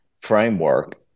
framework